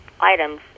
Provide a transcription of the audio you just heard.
items